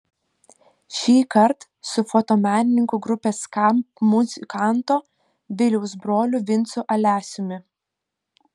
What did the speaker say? šįkart su fotomenininku grupės skamp muzikanto viliaus broliu vincu alesiumi